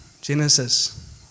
Genesis